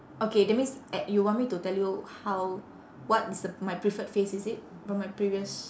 okay that means a~ you want me to tell you how what is a my preferred face is it from like previous